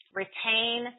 retain